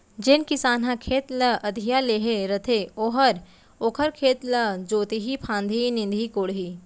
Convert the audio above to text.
जेन किसान ह खेत ल अधिया लेहे रथे ओहर ओखर खेत ल जोतही फांदही, निंदही कोड़ही